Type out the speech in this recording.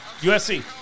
USC